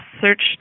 searched